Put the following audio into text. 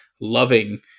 loving